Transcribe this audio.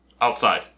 outside